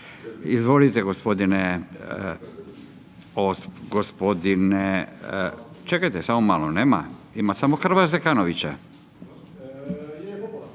Izvolite gospodine, čekajte samo malo nema, ima samo Hrvoja Zekanovića.